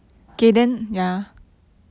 but like yeah